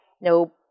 No